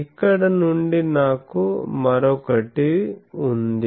ఇక్కడ నుండి నాకు మరొకటి ఉంది